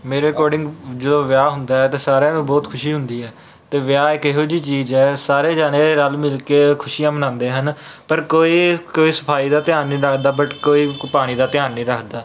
ਮੇਰੇ ਅਕੋਰਡਿੰਗ ਜਦੋਂ ਵਿਆਹ ਹੁੰਦਾ ਹੈ ਤਾਂ ਸਾਰਿਆਂ ਨੂੰ ਬਹੁਤ ਖੁਸ਼ੀ ਹੁੰਦੀ ਹੈ ਅਤੇ ਵਿਆਹ ਇੱਕ ਇਹੋ ਜਿਹੀ ਚੀਜ਼ ਹੈ ਸਾਰੇ ਜਣੇ ਰਲ ਮਿਲ ਕੇ ਖੁਸ਼ੀਆਂ ਮਨਾਉਂਦੇ ਹਨ ਪਰ ਕੋਈ ਕੋਈ ਸਫਾਈ ਦਾ ਧਿਆਨ ਨਹੀਂ ਰੱਖਦਾ ਬਟ ਕੋਈ ਪਾਣੀ ਦਾ ਧਿਆਨ ਨਹੀਂ ਰੱਖਦਾ